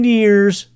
years